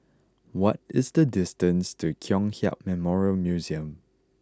what is the distance to Kong Hiap Memorial Museum